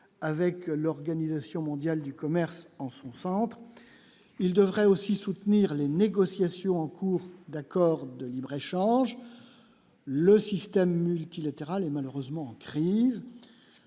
avec l'Organisation mondiale du commerce en son centre, il devrait aussi soutenir les négociations en cours d'accord de libre-échange le système multilatéral est malheureusement en crise